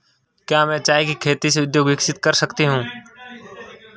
क्या मैं चाय की खेती से उद्योग विकसित कर सकती हूं?